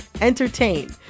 entertain